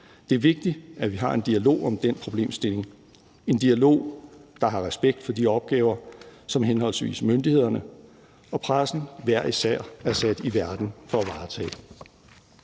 Det er vigtigt, at vi har en dialog om den problemstilling – en dialog, der har respekt for de opgaver, som henholdsvis myndighederne og pressen hver især er sat i verden for at varetage.